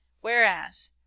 Whereas